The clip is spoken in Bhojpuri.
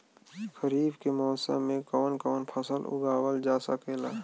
खरीफ के मौसम मे कवन कवन फसल उगावल जा सकेला?